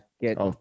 get